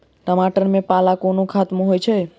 टमाटर मे पाला कोना खत्म होइ छै?